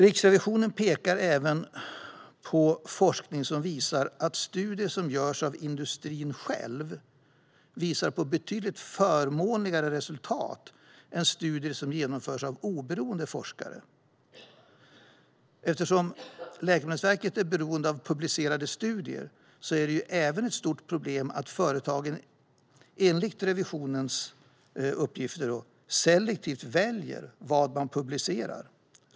Riksrevisionen pekar även på forskning som visar att studier som görs av industrin själv visar på betydligt förmånligare resultat än studier som genomförs av oberoende forskare. Eftersom Läkemedelsverket är beroende av publicerade studier är det även ett stort problem att företagen, enligt revisionens uppgifter, selektivt väljer vad de publicerar.